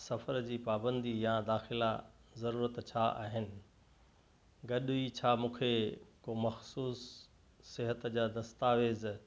सफर जी पाबंदी यां दाख़िला ज़रूरत छा आहिनि गॾ ई छा मूंखे को मख़िसूस सिहत जा दस्तावेज़